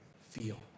feel